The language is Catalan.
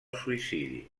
suïcidi